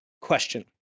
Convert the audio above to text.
question